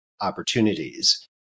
opportunities